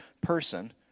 person